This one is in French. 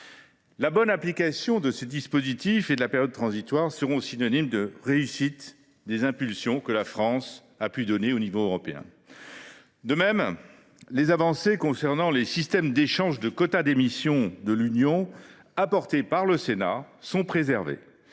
La bonne application de ces dispositifs, avec une période transitoire, permettra de donner corps aux impulsions que la France a pu donner au niveau européen. De même, les avancées concernant les systèmes d’échange de quotas d’émissions de l’Union européenne apportées par le Sénat sont préservées.